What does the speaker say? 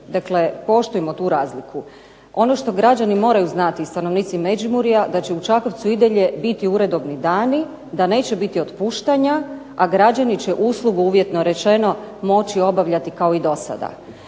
Dakle, poštujmo tu razliku. Ono što moramo znati i stanovnici Međimurja da će u Čakovcu i dalje će biti uredovni dani, da neće biti otpuštanja a građani će uslugu uvjetno rečeno moći obavljati kao i do sada.